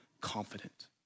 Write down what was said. confident